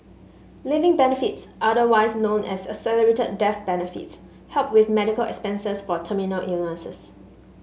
living benefits otherwise known as accelerated death benefits help with medical expenses for terminal illnesses